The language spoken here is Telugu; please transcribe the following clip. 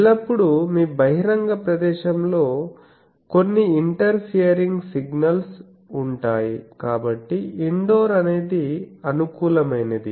ఎల్లప్పుడూ మీ బహిరంగ ప్రదేశంలో కొన్ని ఇంటర్ఫియరింగ్ సిగ్నల్స్ ఉంటాయి కాబట్టి ఇండోర్ అనేది అనుకూలమైనది